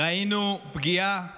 ראינו פגיעה